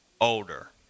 older